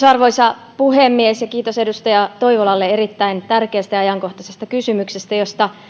arvoisa puhemies kiitos edustaja toivolalle erittäin tärkeästä ja ajankohtaisesta kysymyksestä josta